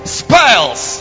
spells